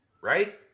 right